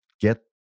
get